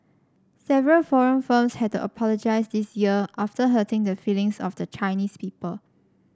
several foreign firms had to apologise this year after hurting the feelings of the Chinese people